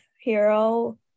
hero